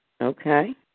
Okay